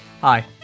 Hi